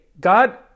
God